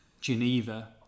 Geneva